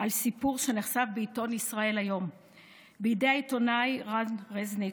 על סיפור שנחשף בעיתון ישראל היום בידי העיתונאי רן רזניק,